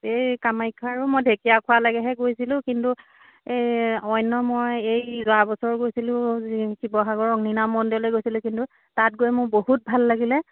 এই কামাখ্যা আৰু মই ঢেকীয়াখোৱালৈকেহে মই গৈছিলোঁ কিন্তু অন্য মই এই যোৱা বছৰ গৈছিলোঁ শিৱসাগৰৰ অগ্নিনাভ মন্দিৰলৈ গৈছিলোঁ কিন্তু তাত গৈ মোৰ বহুত ভাল লাগিলে